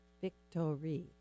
Victory